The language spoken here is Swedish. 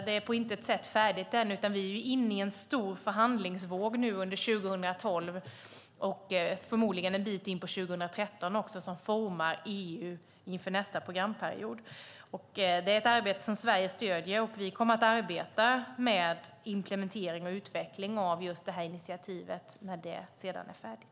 Det är på intet sätt färdigt ännu, utan vi är inne i en stor förhandlingsvåg under 2012 och förmodligen en bit in på 2013 också som formar EU inför nästa programperiod. Det är ett arbete som Sverige stöder. Vi kommer att arbeta med implementering och utveckling av det här initiativet när det sedan är färdigt.